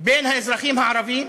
בין האזרחים הערבים,